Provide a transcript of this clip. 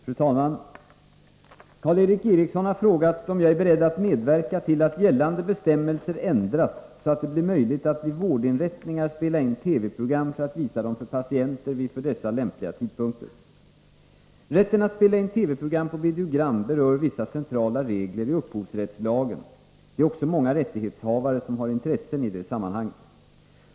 Fru talman! Karl Erik Eriksson har frågat mig om jag är beredd att medverka till att gällande bestämmelser ändras så att det blir möjligt att vid vårdinrättningar spela in TV-program för att visa dem för patienter vid för dessa lämpliga tidpunkter. Rätten att spela in TV-program på videogram berör vissa centrala regler i upphovsrättslagen . Det är också många rättighetshavare som har intressen i sammanhanget.